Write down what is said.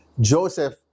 Joseph